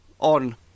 On